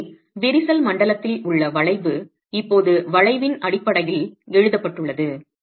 எனவே விரிசல் மண்டலத்தில் உள்ள வளைவு இப்போது வளைவின் அடிப்படையில் எழுதப்பட்டுள்ளது